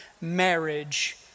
marriage